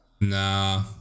Nah